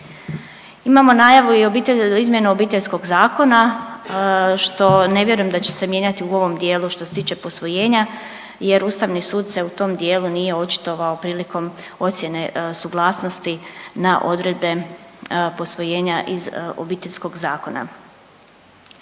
Imamo najavu i izmjenu Obiteljskog zakona što ne vjerujem da će se mijenjati u ovom dijelu što se tiče posvojenja jer Ustavni sud se u tom dijelu nije očitovao prilikom ocjene suglasnosti na odredbe posvojenja iz obiteljskog zakona.